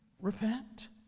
repent